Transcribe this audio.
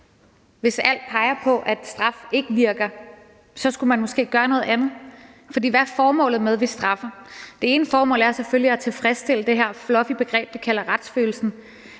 Hvis alt peger på, at straf ikke virker, skulle man måske gøre noget andet, for hvad er formålet med, at vi straffer? At straffe har selvfølgelig til formål at tilfredsstille det her fluffy begreb, vi kalder retsfølelsen,